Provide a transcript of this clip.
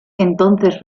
entonces